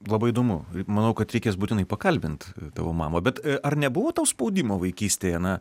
labai įdomu manau kad reikės būtinai pakalbint tavo mamą bet ar nebuvo tau spaudimo vaikystėje na